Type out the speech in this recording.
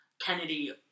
Kennedy